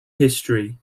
history